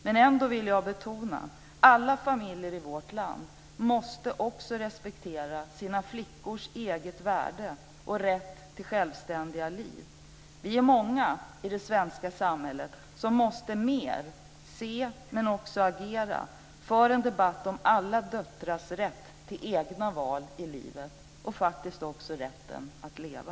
Trots det vill jag betona att alla familjer i vårt land måste respektera sina flickors eget värde och rätt till ett självständigt liv. Vi är många i det svenska samhället som måste se mer, och också agera, för att få en debatt om alla döttrars rätt till egna val i livet - och faktiskt också rätten att leva.